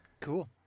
Cool